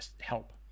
help